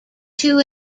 too